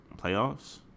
playoffs